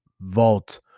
Vault